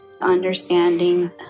understanding